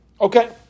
Okay